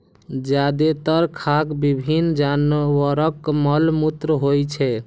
जादेतर खाद विभिन्न जानवरक मल मूत्र होइ छै